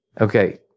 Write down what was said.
Okay